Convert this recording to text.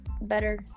better